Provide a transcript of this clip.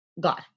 God